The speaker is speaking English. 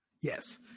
Yes